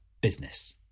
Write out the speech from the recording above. business